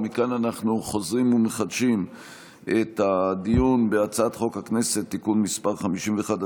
מכאן אנחנו חוזרים ומחדשים את הדיון בהצעת חוק הכנסת (תיקון מס' 51),